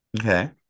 okay